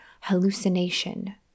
hallucination